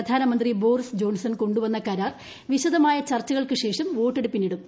പ്രധാനമന്ത്രി Boris Johnson കൊണ്ടുവന്ന കരാർ വിശദമായ ചർച്ചകൾക്കുശേഷം വോട്ടെടുപ്പിനിടും